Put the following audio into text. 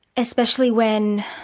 especially when